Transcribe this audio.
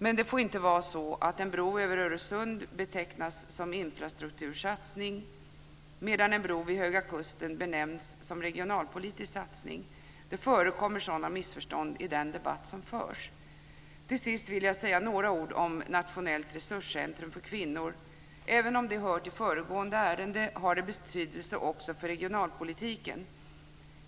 Men det får inte vara så att en bro över Öresund betecknas som infrastuktursatsning medan en bro vid Höga kusten benämns som regionalpolitisk satsning. Det förekommer sådana missförstånd i den debatt som förs. Till sist vill jag säga några ord om Nationellt resurscentrum för kvinnor. Även om det hör till föregående ärende har det betydelse också för regionalpolitiken.